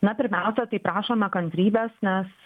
na pirmiausia tai prašome kantrybės nes